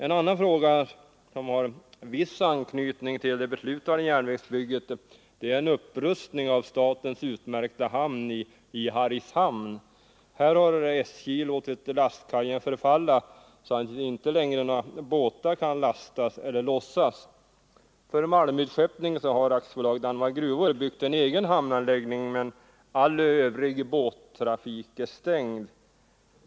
En annan fråga som har viss anknytning till det beslutade järnvägsbygget gäller en upprustning av statens utmärkta hamn i Hargshamn. Där har SJ låtit lastkajen förfalla så att inte längre några båtar kan lastas eller lossas. För malmutskeppningen har AB Dannemora Gruvor byggt en egen hamnanläggning men hamnen är stängd för övrig båttrafik.